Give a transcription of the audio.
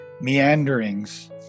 meanderings